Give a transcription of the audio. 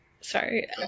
Sorry